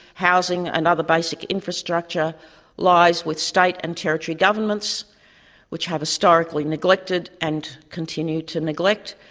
housing and other basic infrastructure lies with state and territory governments which have historically neglected, and continue to neglect,